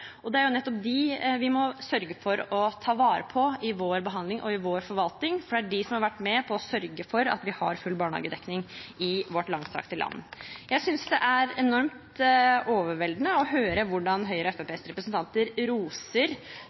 Det er nettopp dem vi må sørge for å ta vare på i vår behandling og i vår forvaltning, for det er de som har vært med på å sørge for at vi har full barnehagedekning i vårt langstrakte land. Jeg synes det er enormt overveldende å høre hvordan Høyres og Fremskrittspartiets representanter roser